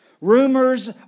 Rumors